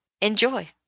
Enjoy